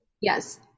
Yes